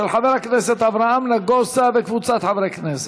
של חבר הכנסת אברהם נגוסה וקבוצת חברי הכנסת.